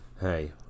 Hey